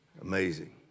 Amazing